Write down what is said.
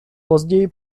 později